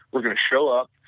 we're going to show up,